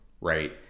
Right